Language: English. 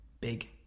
big